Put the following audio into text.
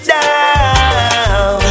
down